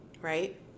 right